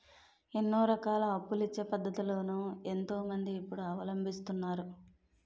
ఎన్నో రకాల అప్పులిచ్చే పద్ధతులను ఎంతో మంది ఇప్పుడు అవలంబిస్తున్నారు